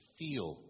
feel